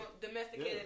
Domesticated